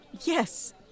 yes